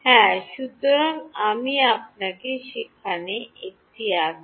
হ্যাঁ সুতরাং আমি আপনাকে সেখানে একটি আছে